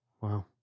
Wow